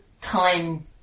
time